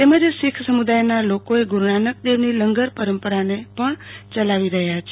તેમજ શીખ સમુદાયના લોકોએ ગુરૂનાનક દેવની લંગર પરંપરાને ચલાવી રહયા છે